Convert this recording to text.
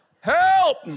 Help